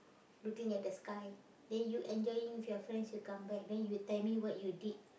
looking at the sky then you enjoying with your friends you come back then you tell me what you did